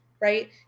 right